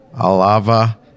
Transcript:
Alava